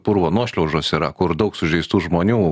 purvo nuošliaužos yra kur daug sužeistų žmonių